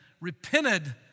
repented